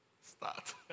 start